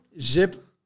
zip